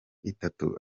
itatu